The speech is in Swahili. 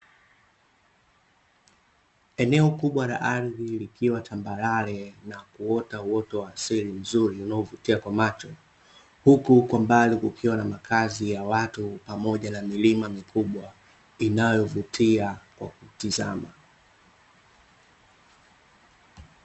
Eneo kubwa la ardhi likiwa tambarare na kuota uoto wa asili mzuri unaovutia kwa macho, huku kwa mbali kukiwa na makazi ya watu pamoja na milima mikubwa inayovutia kwa kuitizama.